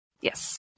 Yes